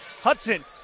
Hudson